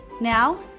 Now